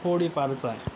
थोडीफारच आहे